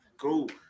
Cool